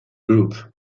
group